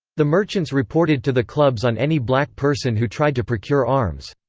the merchants reported to the clubs on any black person who tried to procure arms.